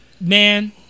man